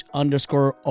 underscore